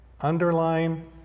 Underline